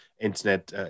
internet